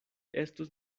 estus